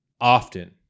often